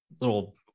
little